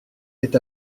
est